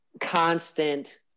constant